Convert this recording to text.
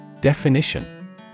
Definition